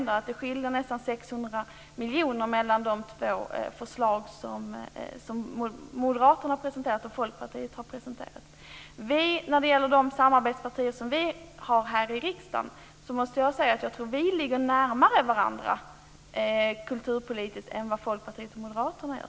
Det skiljer nästan 600 miljoner mellan det förslag som Moderaterna har presenterat och det förslag som Folkpartiet har presenterat. När det gäller de samarbetspartier som Socialdemokraterna har här i riksdagen tror jag att vi ligger närmare varandra kulturpolitiskt än vad Folkpartiet och Moderaterna gör.